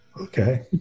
Okay